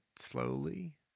slowly